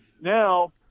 Now